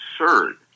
absurd